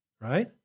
right